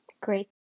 Great